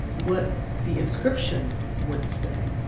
what the inscription would say